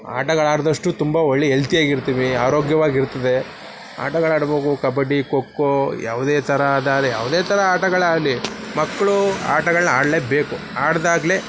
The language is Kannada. ಆಟಗಳು ಆಡಿದಷ್ಟು ತುಂಬ ಒಳಿ ಹೆಲ್ತಿಯಾಗಿರ್ತಿವಿ ಆರೋಗ್ಯವಾಗಿರ್ತದೆ ಆಟಗಳಾಡಬೇಕು ಕಬಡ್ಡಿ ಖೋಖೊ ಯಾವುದೇ ಥರ ಆದ ಅದು ಯಾವುದೇ ಥರ ಆಟಗಳಾಗಲಿ ಮಕ್ಕಳು ಆಟಗಳನ್ನ ಆಡಲೇಬೇಕು ಆಡಿದಾಗ್ಲೇ